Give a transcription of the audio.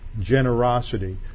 generosity